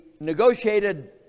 negotiated